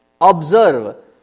observe